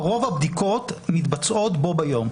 רוב הבדיקות מתבצעות בו ביום.